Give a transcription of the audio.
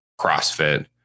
CrossFit